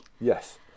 yes